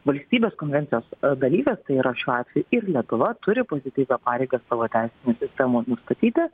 valstybės konvencijos dalyvės yra šiuo atveju ir lietuva turi pozityvią pareigą savo teisinėj sistemoj nustatyti